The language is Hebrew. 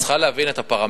את צריכה להבין את הפרמטרים: